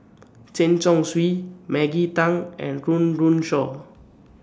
Chen Chong Swee Maggie Teng and Run Run Shaw